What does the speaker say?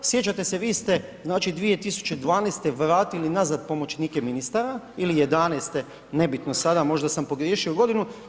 Sjećate se vi ste 2012. vratili nazad pomoćnike ministara ili 2011., nebitno sada, možda sam pogriješio godinu.